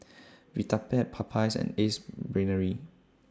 Vitapet Popeyes and Ace Brainery